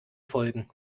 folgen